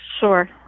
sure